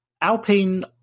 Alpine